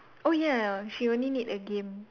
oh ya she only need a game